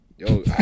Yo